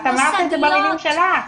את אמרת את זה במילים שלך.